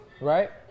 right